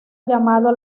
llamado